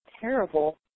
terrible